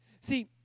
See